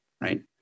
right